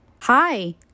Hi